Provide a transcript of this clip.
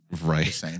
Right